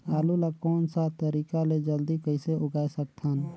आलू ला कोन सा तरीका ले जल्दी कइसे उगाय सकथन?